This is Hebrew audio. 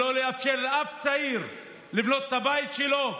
שלא לאפשר לאף צעיר לבנות את הבית שלו,